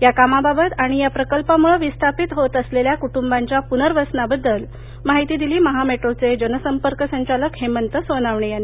या कामाबाबत आणि या प्रकल्पामुळे विस्थापित होत असलेल्या कुटुंबांच्या प्नर्वसनाबद्दल माहिती दिली महा मेट्रोचे जनसंपर्क संचालक हेमंत सोनावणे यांनी